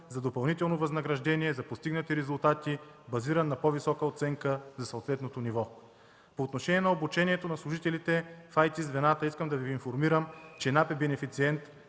за допълнително възнаграждение за постигнати резултати, базиран на по-висока оценка за съответното ниво. По отношение на обучението на служителите в IT-звената искам да Ви информирам, че НАП е бенефициент